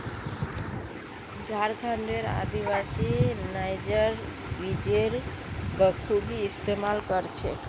झारखंडेर आदिवासी नाइजर बीजेर बखूबी इस्तमाल कर छेक